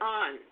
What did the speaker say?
on